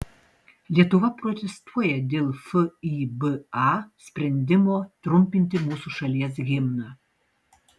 lietuva protestuoja dėl fiba sprendimo trumpinti mūsų šalies himną